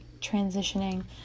transitioning